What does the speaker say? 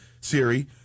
Siri